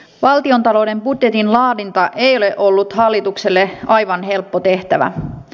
valtiontalouden budjetin laadinta ei ole ollut hallitukselle aivan helppo tehtävä